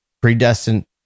predestined